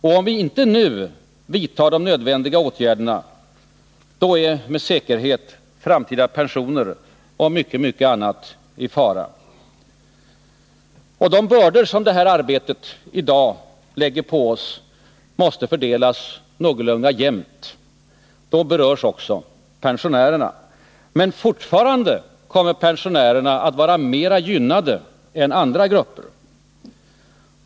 Om vi inte nu vidtar de nödvändiga åtgärderna, då är med säkerhet framtida pensioner och mycket, mycket annat i fara. De bördor som det arbetet i dag lägger på oss måste fördelas någorlunda jämnt, och då berörs också pensionärerna. Men fortfarande kommer pensionärerna att vara mera gynnade än andra grupper.